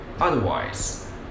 Otherwise